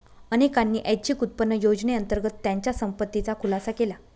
अनेकांनी ऐच्छिक उत्पन्न योजनेअंतर्गत त्यांच्या संपत्तीचा खुलासा केला